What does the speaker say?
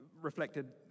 reflected